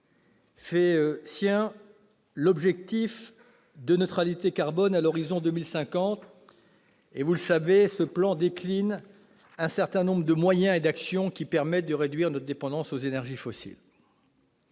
fait sien l'objectif de la neutralité carbone à l'horizon 2050. Vous le savez, ce plan décline un certain nombre de moyens et d'actions permettant de réduire notre dépendance aux énergies fossiles.